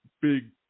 big